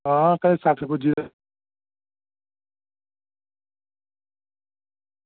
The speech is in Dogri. आं कदें सट्ठ पुज्जी जंदा